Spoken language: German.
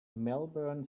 melbourne